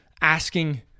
asking